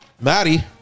maddie